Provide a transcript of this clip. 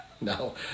No